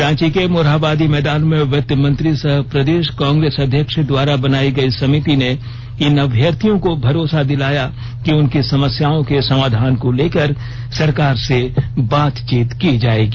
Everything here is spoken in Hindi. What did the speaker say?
रांची के मोरहाबादी मैदान में वित्त मंत्री सह प्रदेश कांग्रेस अध्यक्ष द्वारा बनाई गई समिति ने इन अभ्यर्थियों को भरोसा दिलाया कि उनकी समस्याओं के समाधान को लेकर सरकार से बातचीत की जाएगी